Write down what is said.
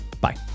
Bye